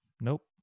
Nope